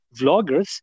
vloggers